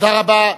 תודה רבה.